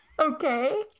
Okay